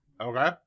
Okay